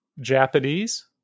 Japanese